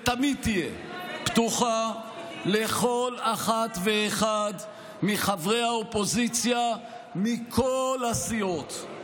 ותמיד תהיה פתוחה לכל אחת ואחד מחברי האופוזיציה מכל הסיעות.